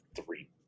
three